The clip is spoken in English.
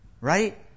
right